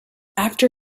after